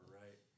right